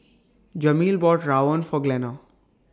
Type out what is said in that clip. Jameel bought Rawon For Glenna